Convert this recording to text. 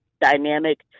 dynamic